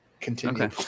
Continue